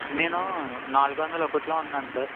నేను నాలుగు వందల ఒకట్లో ఉన్నాను సార్